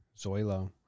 Zoilo